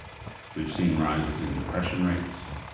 we've seen rises in depression rates,